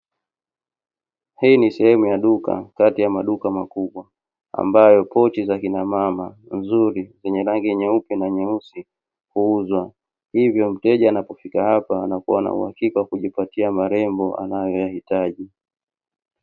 Hii ni sehemu ya duka kati ya maduka makubwa, ambayo pochi za akina mama nzuri, zenye rangi nyeupe na nyeusi kuuzwa. Hivyo mteja anapofika hapa anakuwa na wakika kujipatia marembo anayo ya hitaji.